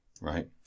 Right